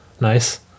nice